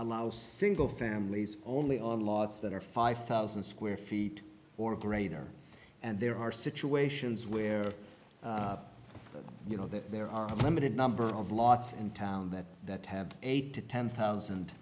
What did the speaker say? allow single families only on laws that are five thousand square feet or greater and there are situations where you know that there are a limited number of lots in town that that have eight to ten thousand